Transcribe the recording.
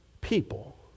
people